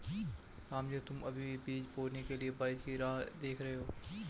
रामजी तुम अभी भी बीज बोने के लिए बारिश की राह देख रहे हो?